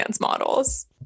models